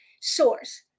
source